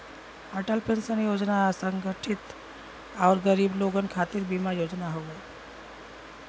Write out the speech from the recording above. Atal pension योजना असंगठित आउर गरीब लोगन खातिर बीमा योजना हौ